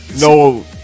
No